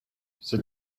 sit